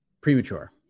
premature